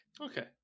Okay